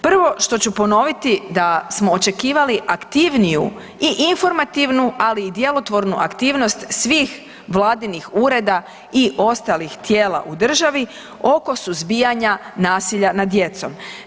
Prvo što ću ponoviti da smo očekivali aktivniju i informativnu, ali i djelotvornu aktivnost svih Vladinih ureda i ostalih tijela u državi oko suzbijanja nasilja nad djecom.